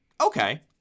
Okay